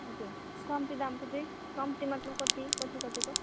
हजुर कम्ती दामको चाहिँ कम्ती मतलब कति कति कतिको